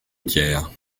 tiers